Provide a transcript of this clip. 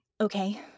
Okay